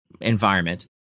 environment